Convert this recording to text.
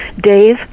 Dave